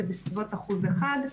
זה בסביבות אחוז אחד.